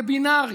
זה בינארי,